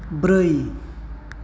ब्रै